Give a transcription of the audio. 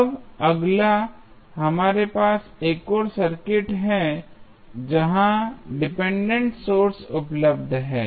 अब अगला हमारे पास एक और सर्किट है जहां डिपेंडेंट सोर्स उपलब्ध है